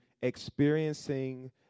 experiencing